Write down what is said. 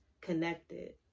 connected